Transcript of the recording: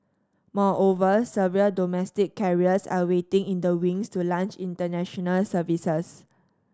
moreover several domestic carriers are waiting in the wings to launch international services